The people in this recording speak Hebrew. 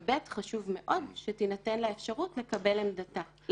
וגם חשוב מאוד שתינתן לה אפשרות להביע את עמדתה.